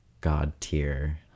God-tier